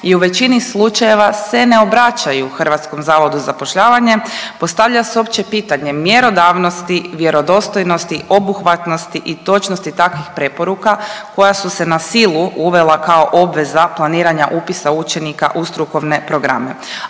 i u većini slučajeva se ne obraćaju Hrvatskom zavodu za zapošljavanje, postavlja se uopće pitanje mjerodavnosti, vjerodostojnosti, obuhvatnosti i točnosti takvih preporuka koja su se na silu uvela kao obveza planiranja upisa učenika u strukovne programe,